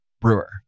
Brewer